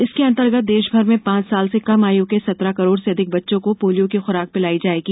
इसके अंतर्गत देश भर में पांच साल से कम आयु के सत्रह करोड़ से अधिक बच्चों को पोलियो की खुराक पिलाई जाएगी